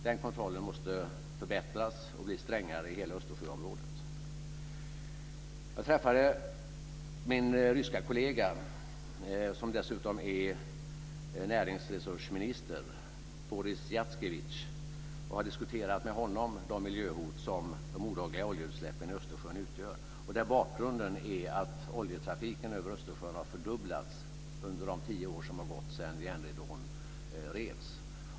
Den kontrollen måste förbättras och bli strängare i hela Jag har träffat min ryske kollega, som dessutom är näringsresursminister, Boris Yatskevitch, och har diskuterat de miljöhot som de olagliga oljeutsläppen i Östersjön utgör med honom. Bakgrunden är att oljetrafiken över Östersjön har fördubblats under de tio år som har gått sedan järnridån revs.